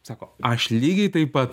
sako aš lygiai taip pat